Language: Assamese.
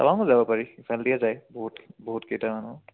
টাৱাঙো যাব পাৰি সিফালেদিয়ে যায় বহুত বহুতকেইটা মানুহ